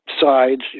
sides